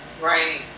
Right